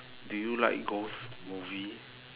do you like ghost movie